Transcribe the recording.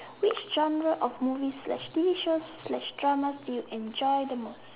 which genre of movies slash T_V shows slash drama do you enjoy the most